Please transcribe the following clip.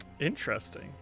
Interesting